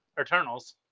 Eternals